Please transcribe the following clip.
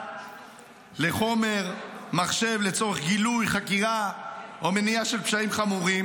לחומר מחשב לצורך גילוי חקירה או מניעה של פשעים חמורים,